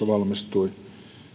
valmistui